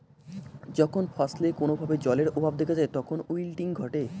যখন ফছলে কোনো ভাবে জলের অভাব দেখা যায় তখন উইল্টিং ঘটে